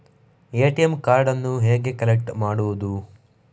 ATM ಕಾರ್ಡನ್ನು ಹೇಗೆ collect ಮಾಡುವುದು?